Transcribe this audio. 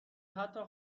حتی